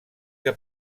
que